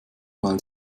weil